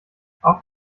auch